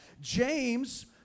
James